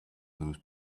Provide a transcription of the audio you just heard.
those